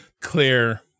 clear